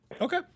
Okay